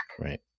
Right